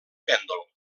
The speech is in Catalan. pèndol